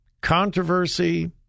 controversy